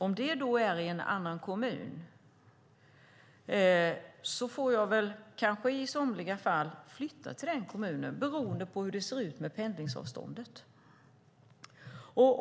Om det är i en annan kommun får jag kanske i somliga fall flytta till den kommunen, beroende på hur det ser ut med pendlingsavståndet.